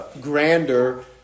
grander